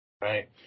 right